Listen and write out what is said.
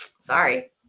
Sorry